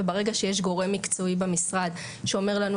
וברגע שיש גורם מקצועי במשרד שאומר לנו,